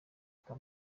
kwa